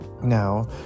Now